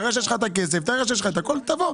תראה שיש לך את הכסף אז תבוא.